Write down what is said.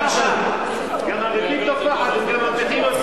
גם הריבית תופחת וגם מרוויחים יותר.